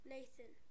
Nathan